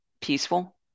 peaceful